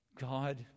God